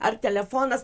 ar telefonas